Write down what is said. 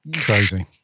Crazy